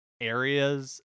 areas